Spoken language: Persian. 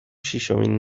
شیشمین